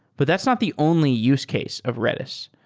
but that's not the only use case of redis.